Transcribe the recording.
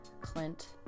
Clint